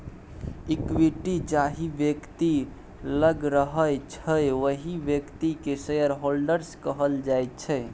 equity जाहि बेकती लग रहय छै ओहि बेकती केँ शेयरहोल्डर्स कहल जाइ छै